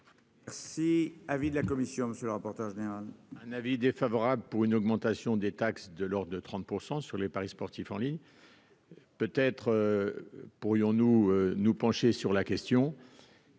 Si avis de la commission, monsieur le rapporteur général. Un avis défavorable pour une augmentation des taxes de l'Ordre de 30 % sur les paris sportifs en ligne peut-être pourrions-nous nous pencher sur la question